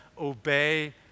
obey